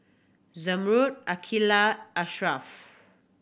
Zamrud Aqeelah Asharaff